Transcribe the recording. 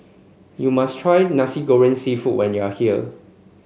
you must try Nasi Goreng seafood when you are here